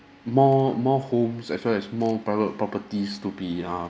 more more homes as well as more private properties to be uh